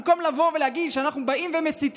במקום לבוא ולהגיד שאנחנו מסיתים,